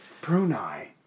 Brunei